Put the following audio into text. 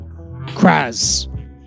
Kraz